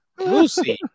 Lucy